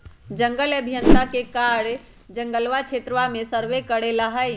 जंगल अभियंता के कार्य जंगल क्षेत्रवा के सर्वे करे ला हई